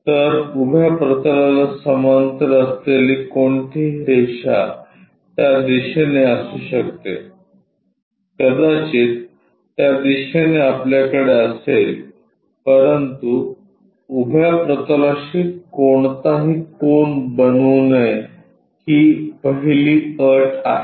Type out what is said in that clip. तर उभ्या प्रतलाला समांतर असलेली कोणतीही रेषा त्या दिशेने असू शकते कदाचित त्या दिशेने आपल्याकडे असेल परंतु उभ्या प्रतलाशी कोणताही कोन बनवू नये ही पहिली अट आहे